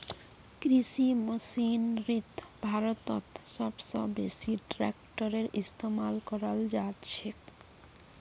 कृषि मशीनरीत भारतत सब स बेसी ट्रेक्टरेर इस्तेमाल कराल जाछेक